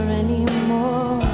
anymore